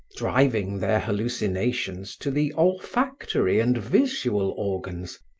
driving their hallucinations to the olfactory and visual organs,